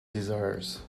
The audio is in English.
desires